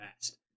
fast